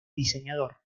diseñador